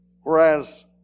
Whereas